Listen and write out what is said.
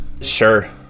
sure